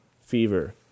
Fever